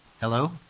Hello